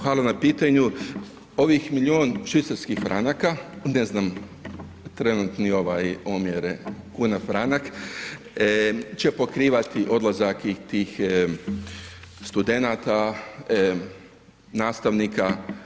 Hvala na pitanju, ovim milion švicarskih franaka, ne znam trenutni ovaj omjere kuna, franak će pokrivati odlazak i tih studenata, nastavnika.